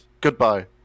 Goodbye